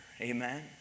Amen